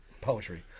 poetry